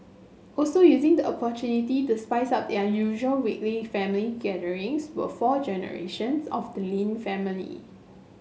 also using the opportunity to spice up their usual weekly family gatherings were four generations of the Lin family